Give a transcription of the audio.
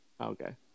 Okay